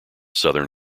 southern